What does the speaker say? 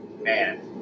man